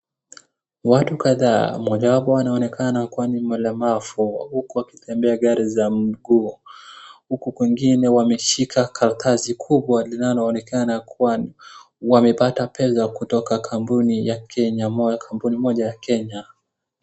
Watu kadhaa mmoja wapo anaonekana kuwa ni mlemavu huku akitumia gari za mguu. Huku kwingine wameshika karatasi kubwa linaloonekana kuwa wamepata pesa kutoka kampuni moja ya Kenya.